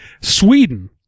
Sweden